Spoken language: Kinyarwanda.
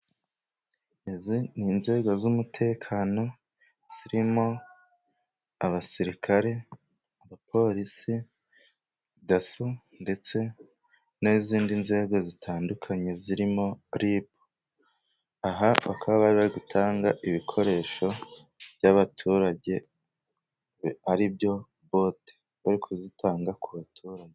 Izi ni inzego z'umutekano zirimo abasirikare, abapolisi, daso ndetse n'izindi nzego zitandukanye zirimo ribu. Aha bakaba bari bari gutanga ibikoresho by'abaturage ari byo bote. Bari kuzitanga ku baturage.